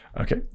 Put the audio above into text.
Okay